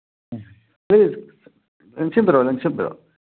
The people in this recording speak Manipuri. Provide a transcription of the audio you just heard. ꯂꯦꯡꯁꯤꯟꯕꯤꯔꯛꯑꯣ ꯂꯦꯡꯁꯤꯟꯕꯤꯔꯛꯑꯣ